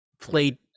played